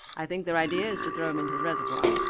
i think their idea is to throw him into the reservoir.